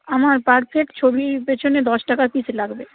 আমার per set ছবির পেছনে দশ টাকা পিস লাগবে